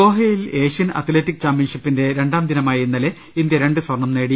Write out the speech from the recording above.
ദോഹയിൽ Asian athletics ചാമ്പ്യൻഷിപ്പിന്റെ രണ്ടാം ദിനമായ ഇന്നലെ ഇന്ത്യ രണ്ട് സ്വർണ്ണം നേടി